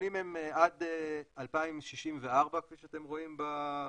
הנתונים הם עד 2064, כפי שאתם רואים בכוכבית